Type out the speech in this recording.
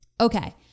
Okay